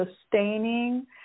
sustaining